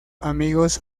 amigos